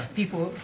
People